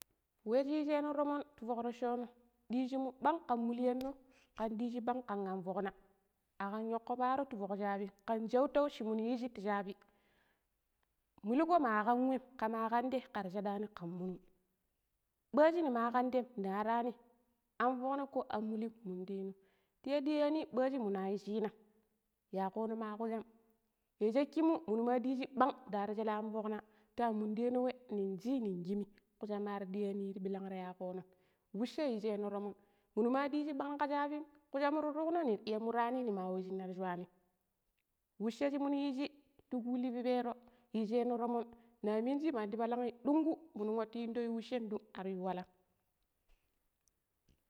We shi yijeno tomon ti fok roccono dijimu bang kama mulyanno, kan dijibang kan an fokna, akam yokko paaro ti fok shaabim, kan shautau shiminu yishi ti shaabi muligo ma kan wem kama kan tei kara shadini kan munun baaji nimakan tem ndarani an fokna ko anmuli mundeno ta iya no diyani baaji mina yu cinam yakono ma kujam ya shakimu minu ma ɗiiji bang ndaro shele anfokna tamunde we ninci ning kumi. Kujam ar diyani bilang taayakonom we she yiijeno tomon minu ɗiiji ɓang kashaabim kusham ta tukkuno nira iya murani nima wa we shine nar swanim weshe shinunu yishi ti ƙuli pipero yijeno tomon naminji mandi palangi ɗungu mun wati indo weshem don ar yu walam.